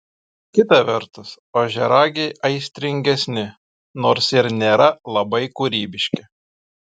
kita vertus ožiaragiai aistringesni nors ir nėra labai kūrybiški